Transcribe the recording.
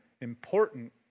important